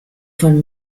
von